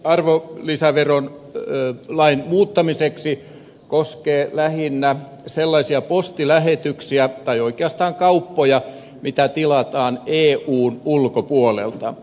hallituksen esitys arvonlisäverolain muuttamiseksi koskee lähinnä sellaisia postilähetyksiä tai oikeastaan kauppoja mitä tilataan eun ulkopuolelta